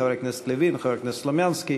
חבר הכנסת לוין וחבר הכנסת סלומינסקי,